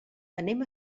anem